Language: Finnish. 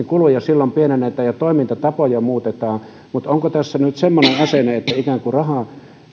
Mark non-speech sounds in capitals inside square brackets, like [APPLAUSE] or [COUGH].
[UNINTELLIGIBLE] kuluja silloin pienennetään ja toimintatapoja muutetaan onko tässä nyt semmoinen asenne että ikään kuin rahaa